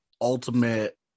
ultimate